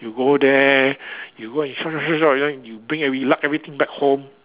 you go there you go and shop shop shop shop shop then you bring every everything back home